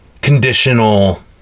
conditional